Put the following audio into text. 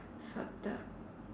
fucked up